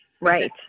Right